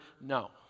No